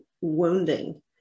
wounding